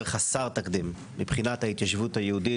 חסר תקדים מבחינת ההתיישבות היהודית.